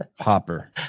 hopper